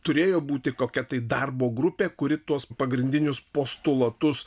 turėjo būti kokia tai darbo grupė kuri tuos pagrindinius postulatus